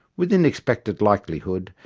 within expected likelihood,